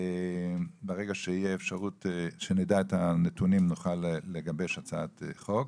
ברגע שנדע את הנתונים נוכל לגבש הצעת חוק.